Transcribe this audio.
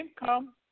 income